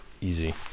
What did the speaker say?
easy